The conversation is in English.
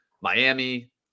Miami